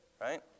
right